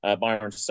Byron